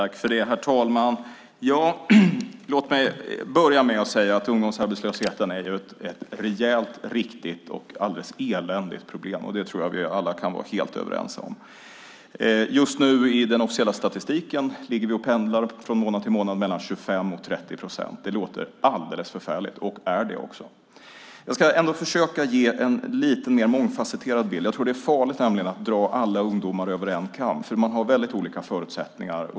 Herr talman! Låt mig börja med att säga att ungdomsarbetslösheten är ett rejält, riktigt och alldeles eländigt problem. Det tror jag att vi alla kan vara helt överens om. Just nu ligger vi i den officiella statistiken och pendlar från månad till månad mellan 25 och 30 procent. Det låter alldeles förfärligt, och det är det också. Jag ska ändå försöka ge en lite mer mångfasetterad bild. Jag tror nämligen att det är farligt att dra alla ungdomar över en kam. De har väldigt olika förutsättningar.